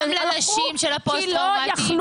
גם לנשים של הפוסט הטראומטיים,